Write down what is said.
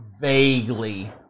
vaguely